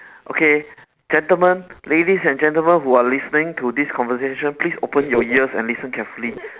okay gentlemen ladies and gentlemen who are listening to this conversation please open your ears and listen carefully